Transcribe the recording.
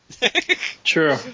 True